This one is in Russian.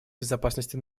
безопасности